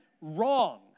wrong